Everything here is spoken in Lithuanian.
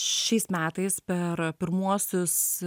šiais metais per pirmuosius